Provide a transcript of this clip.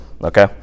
Okay